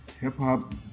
Hip-hop